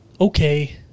Okay